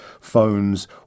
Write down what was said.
phones